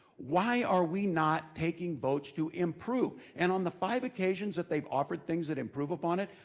why are we not taking votes to improve? and on the five occasions that they've offered things that improve upon it,